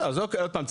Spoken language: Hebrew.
אז עוד פעם,